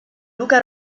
luca